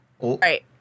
Right